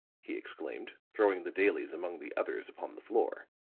he exclaimed, throwing the dailies among the others upon the floor.